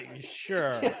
sure